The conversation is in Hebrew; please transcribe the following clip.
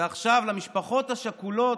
ועכשיו למשפחות השכולות.